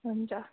हुन्छ